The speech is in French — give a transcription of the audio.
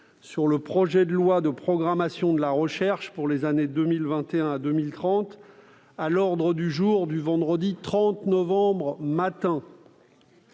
sur le projet de loi de programmation de la recherche pour les années 2021 à 2030 à l'ordre du jour du vendredi 20 novembre, le matin.